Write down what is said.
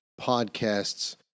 podcasts